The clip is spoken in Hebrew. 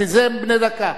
בשביל זה הם בני דקה.